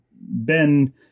Ben